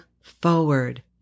forward